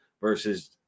versus